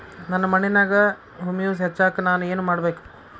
ನನ್ನ ಮಣ್ಣಿನ್ಯಾಗ್ ಹುಮ್ಯೂಸ್ ಹೆಚ್ಚಾಕ್ ನಾನ್ ಏನು ಮಾಡ್ಬೇಕ್?